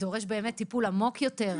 שדורש באמת טיפול עמוק יותר.